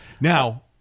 Now